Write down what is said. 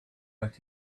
but